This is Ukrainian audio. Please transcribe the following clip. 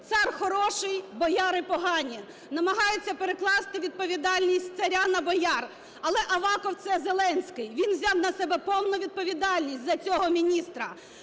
"Цар хороший – бояри погані", намагаються перекласти відповідальність з царя на бояр. Але Аваков – це Зеленський. Він взяв на себе повну відповідальність за цього міністра.